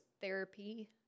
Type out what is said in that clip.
therapy